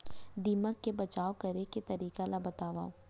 दीमक ले बचाव करे के तरीका ला बतावव?